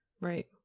Right